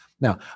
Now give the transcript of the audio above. Now